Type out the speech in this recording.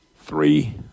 three